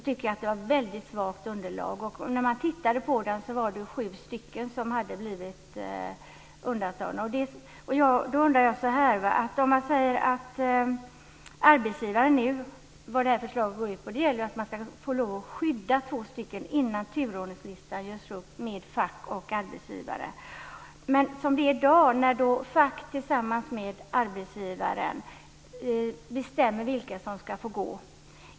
När man tog del av undersökningen visade det sig att det var sju stycken som hade blivit undantagna. Vad det här förslaget går ut på är att det ska bli möjligt att skydda två stycken innan turordningslistan görs upp av fack och arbetsgivare tillsammans. I dag bestämmer facket tillsammans med arbetsgivaren vilka som ska få gå.